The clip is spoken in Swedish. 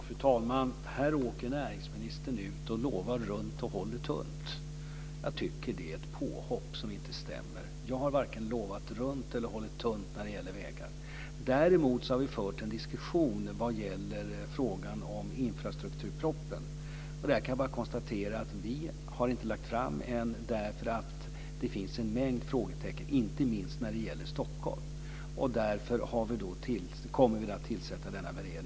Fru talman! Här åker näringsministern ut och lovar runt och håller tunt. Jag tycker att det är ett påhopp som inte stämmer. Jag har varken lovat runt eller hållit tunt när det gäller vägar. Däremot har vi fört en diskussion när det gäller frågan om infrastrukturpropositionen. Jag kan bara konstatera att vi inte har lagt fram den än därför att det finns en mängd frågetecken, inte minst när det gäller Stockholm. Därför kommer vi att tillsätta denna beredning.